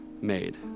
made